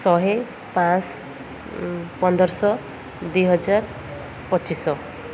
ଶହେ ପାଞ୍ଚ ଶହ ପନ୍ଦରଶହ ଦୁଇ ହଜାର ପଚିଶଶହ